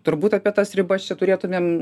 turbūt apie tas ribas čia turėtumėm